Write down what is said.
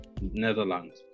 Netherlands